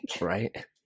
right